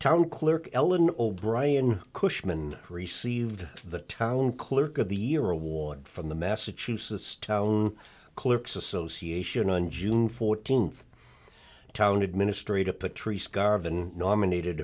town clerk ellen o'brien cushman received the town clerk of the year award from the massachusetts town clerks association on june fourteenth town administrative patrice garvan nominated